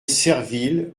serville